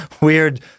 weird